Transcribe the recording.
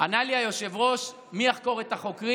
ענה לי היושב-ראש: מי יחקור את החוקרים?